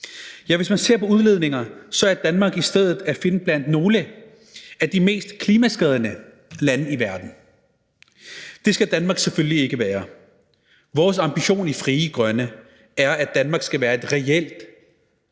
Ja, hvis man ser på udledninger, er Danmark i stedet at finde blandt nogle af de mest klimaskadende lande i verden. Det skal Danmark selvfølgelig ikke være. Vores ambition i Frie Grønne er, at Danmark skal være et reelt